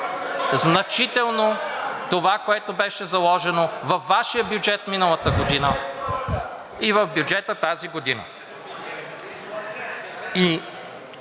значително това, което беше заложено във Вашия бюджет миналата година и в бюджета тази година. (Шум